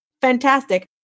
Fantastic